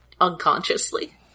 unconsciously